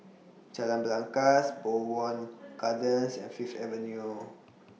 Jalan Belangkas Bowmont Gardens and Fifth Avenue